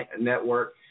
Network